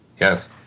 Yes